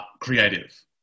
creative